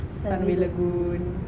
sunway lagoon